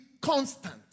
constant